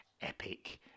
epic